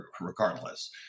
regardless